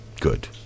good